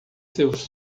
seus